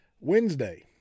Wednesday